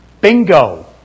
Bingo